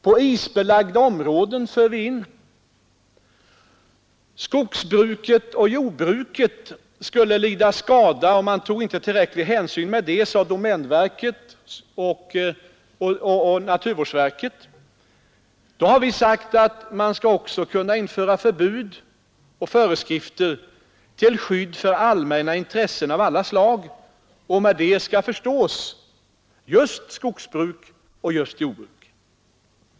Vi för också in en möjlighet till förbud mot färd över isbelagda områden. Domänverket och naturvårdsverket har uttalat att man inte tagit tillräcklig hänsyn till skogsbru ket och jordbruket, som skulle lida skada av snöskotertrafik. Då har vi sagt att man skall också kunna införa förbud och föreskrifter till skydd för allmänna intressen av alla slag. Med det skall förstås just skogsbruk och just jordbruk.